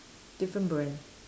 different brand